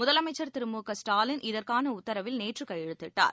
முதலமைச்சர் திரு மு க ஸடாலின் இதற்கானஉத்தரவில் நேற்றுகையெழுத்திட்டார்